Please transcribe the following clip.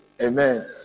amen